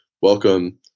welcome